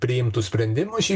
priimtų sprendimus šį